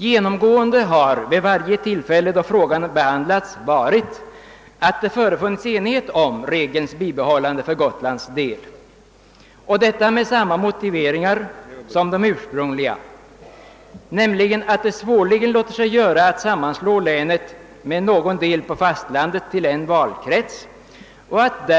Genomgående har vid varje tillfälle då frågan behandlats varit, att det har förefunnits enighet om regelns bibehållande för Gotlands län, och detta med samma motiveringar som de ursprungliga, nämligen att det svårligen låter sig göra att sammanslå länet med någon del av fastlandet till en valkrets och att